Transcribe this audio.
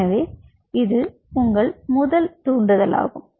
எனவே இது உங்கள் முதல் தூண்டுதலாகும்